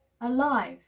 alive